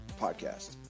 podcast